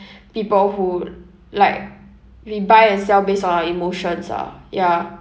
people who like we buy and sell based on our emotions ah ya